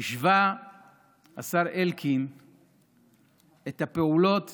השווה השר אלקין את הפעולות